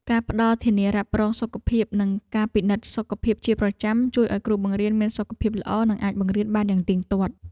ការផ្តល់ធានារ៉ាប់រងសុខភាពនិងការពិនិត្យសុខភាពជាប្រចាំជួយឱ្យគ្រូបង្រៀនមានសុខភាពល្អនិងអាចបង្រៀនបានយ៉ាងទៀងទាត់។